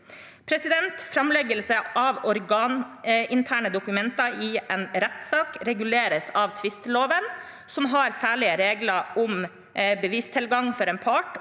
innsyn. Framleggelse av organinterne dokumenter i en rettssak reguleres av tvisteloven, som har særlige regler om bevistilgang for en part,